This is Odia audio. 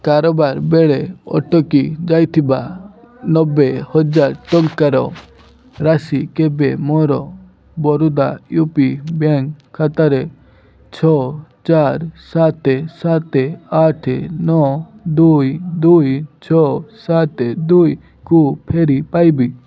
କାରବାର୍ ବେଳେ ଅଟକି ଯାଇଥିବା ନବେ ହଜାର ଟଙ୍କାର ରାଶି କେବେ ମୋର ବରୋଦା ୟୁ ପି ବ୍ୟାଙ୍କ୍ ଖାତାରେ ଛଅ ଚାରି ସାତେ ସାତେ ଆଠେ ନଅ ଦୁଇ ଦୁଇ ଛଅ ସାତେ ଦୁଇକୁ ଫେରି ପାଇବି